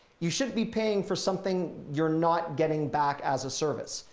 you shouldn't be paying for something you're not getting back as a service.